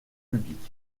public